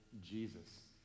Jesus